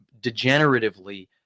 degeneratively